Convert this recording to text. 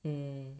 mm